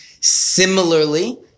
Similarly